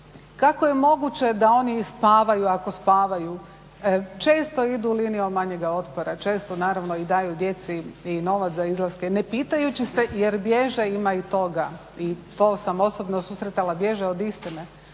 Kako je moguće da oni spavaju, ako spavaju? Često idu linijom manjeg otpora, često i daju djeci novac za izlaske ne pitajući se jer bježe, ima i toga, to sam osobno susretala bježe od istine.